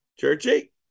Churchy